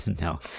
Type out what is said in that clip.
no